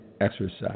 exercise